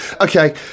Okay